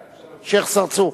שיח' צרצור.